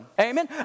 Amen